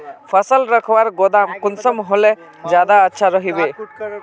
फसल रखवार गोदाम कुंसम होले ज्यादा अच्छा रहिबे?